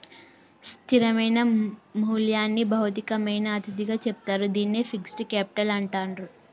స్థిరమైన మూల్యంని భౌతికమైన అతిథిగా చెప్తారు, దీన్నే ఫిక్స్డ్ కేపిటల్ అంటాండ్రు